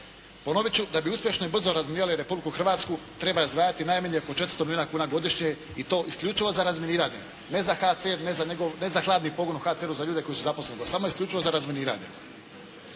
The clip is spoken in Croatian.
Ponovit ću, da bi uspješno i brzo razminirali Republiku Hrvatsku treba izdvajati najmanje po 400 milijuna kuna godišnje i to isključivo za razminiranje, ne za HCR, ne za hladni pogon u HCR-u za ljude koji su zaposleni, nego samo isključivo za razminiranje.